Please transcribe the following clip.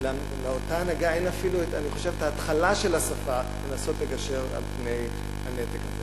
ולאותה הנהגה אין אפילו התחלת השפה לנסות לגשר על פני הנתק הזה.